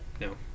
no